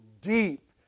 deep